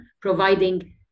providing